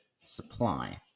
supply